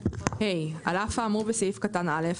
(ה) על אף האמור בסעיף קטן (א),